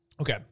Okay